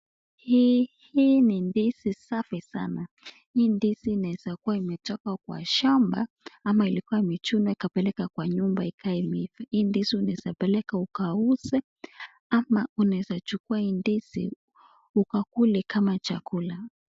Hii ni ndizi safi sana. Hii ndizi inaeza kuwa imetoka kwa shamba ama ilikuwa imechunwa ikapelekwa kwa nyumba ikae. Hii ndizi unaweza kuipeleka ukauze ama unaeza chukua hii ndizi ukakule kama chakula.